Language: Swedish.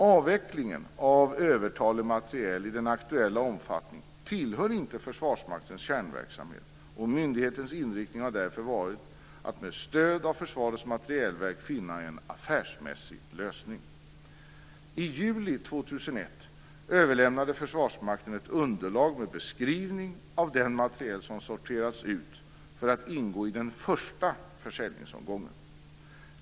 Avveckling av övertalig materiel i den aktuella omfattningen tillhör inte Försvarsmaktens kärnverksamhet, och myndighetens inriktning har därför varit att med stöd av Försvarets materielverk finna en affärsmässig lösning. I juli 2001 överlämnade Försvarsmakten ett underlag med beskrivning av den materiel som sorterats ut för att ingå i den första försäljningsomgången.